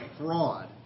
fraud